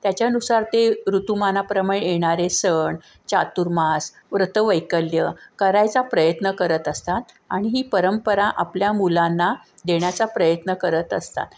त्याच्यानुसार ते ऋतुमानाप्रमाणे येणारे सण चातुर्मास व्रतं वैकल्यं करायचा प्रयत्न करत असतात आणि ही परंपरा आपल्या मुलांना देण्याचा प्रयत्न करत असतात